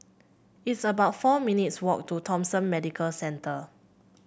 it's about four minutes' walk to Thomson Medical Centre